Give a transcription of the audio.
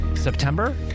September